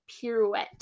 pirouette